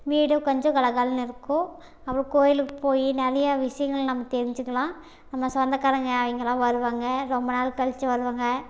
வீடு கொஞ்சம் கலகலன்னு இருக்கும் அப்புறம் கோவிலுக்கு போய் நிறைய விஷயங்கள் நம்ம தெரிஞ்சிக்கலாம் எல்லா சொந்தகாரங்க அவங்கலாம் வருவாங்க ரொம்ப நாள் கழித்து வருவாங்க